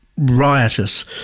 Riotous